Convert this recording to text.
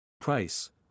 Price